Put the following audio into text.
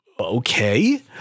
okay